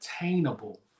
attainable